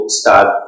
start